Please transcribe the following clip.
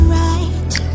right